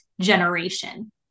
generation